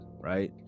right